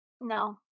No